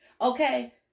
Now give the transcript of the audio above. Okay